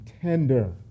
tender